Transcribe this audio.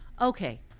Okay